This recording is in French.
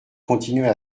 continuait